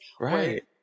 right